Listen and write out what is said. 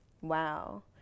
Wow